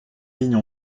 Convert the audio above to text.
lignes